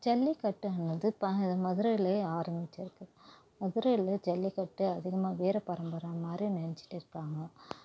ஜல்லிக்கட்டுன்னது ப மதுரையிலே ஆரமிச்சுருக்கு மதுரையில் ஜல்லிக்கட்டு அதிகமாக வீர பரம்பரை மாதிரி நினச்சிட்டு இருக்காங்க